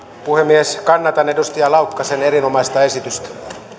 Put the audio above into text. puhemies kannatan edustaja laukkasen erinomaista esitystä